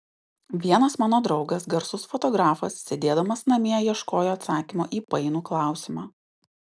vienas mano draugas garsus fotografas sėdėdamas namie ieškojo atsakymo į painų klausimą